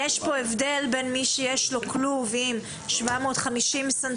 יש הבדל בין מי שיש לו כלוב עם 750 ס"מ